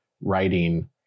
writing